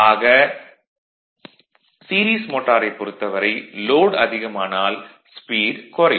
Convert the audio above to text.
ஆக சீரிஸ் மோட்டாரைப் பொறுத்தவரை லோட் அதிகமானால் ஸ்பீட் குறையும்